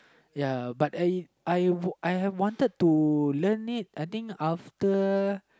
ya but I I wa~ I have wanted to learn it I think after